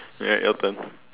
right your turn